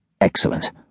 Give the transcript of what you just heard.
Excellent